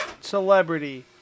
celebrity